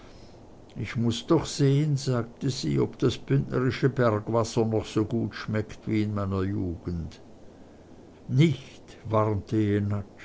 ich muß doch sehen sagte sie ob das bündnerische bergwasser noch so gut schmeckt wie in meiner jugend nicht warnte